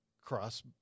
cross